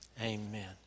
amen